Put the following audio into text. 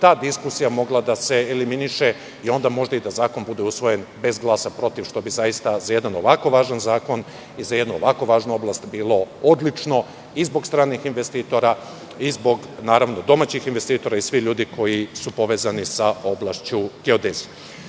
ta diskusija mogla da se eliminiše i onda možda i da zakon bude usvojen bez glasa protiv, što bi zaista za jedan ovako važan zakon i za jednu ovako važnu oblast bilo odlično i zbog stranih investitora, i zbog domaćih investitora i zbog svih ljudi koji su povezani sa oblašću geodezije.